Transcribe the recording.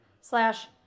slash